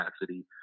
capacity